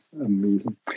Amazing